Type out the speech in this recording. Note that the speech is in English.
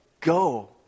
go